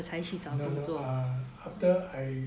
no no err after I